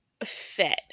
fit